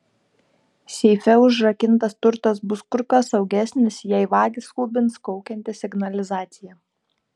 seife užrakintas turtas bus kur kas saugesnis jei vagį skubins kaukianti signalizacija